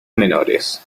menores